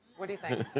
what do you think?